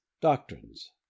doctrines